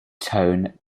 tone